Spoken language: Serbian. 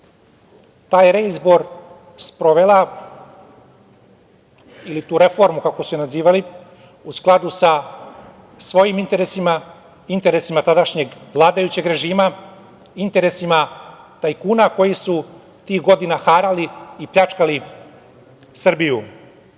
taj reizbor sprovela, ili tu reformu kako su je nazivali, u skladu sa svojim interesima, interesima tadašnjeg vladajućeg režima, interesima tajkuna koji su tih godina harali i pljačkali Srbiju. Dakle,